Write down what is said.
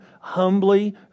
humbly